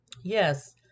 yes